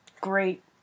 great